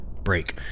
break